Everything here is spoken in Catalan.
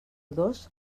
dos